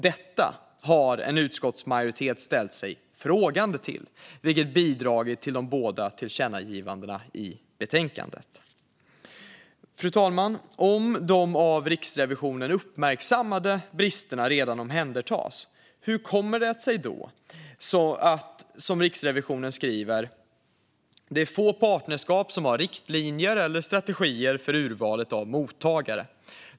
Detta har en utskottsmajoritet ställt sig frågande till, vilket har bidragit till de båda tillkännagivandena i betänkandet. Fru talman! Om de av Riksrevisionen uppmärksammade bristerna redan omhändertas undrar jag hur det kommer sig att, som Riksrevisionen skriver: "Det är få partnerskap som har riktlinjer eller strategier för urvalet av mottagare.